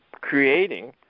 creating